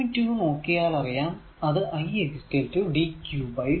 2 നോക്കിയാൽ അറിയാം അത് i dq dt ആണ്